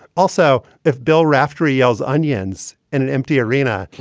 also, if bill raftery yells onions in an empty arena,